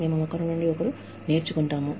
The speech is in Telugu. మేము ఒకరి నుండి ఒకరు నేర్చుకుంటాము